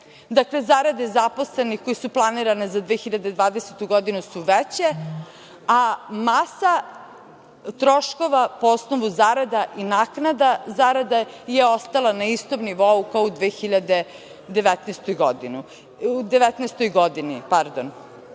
Dakle, zarade zaposlenih koje su planirane za 2020. godinu su veće, a masa troškova po osnovu zarada i naknada zarada je ostala na istom nivou kao u 2019. godini. Razlog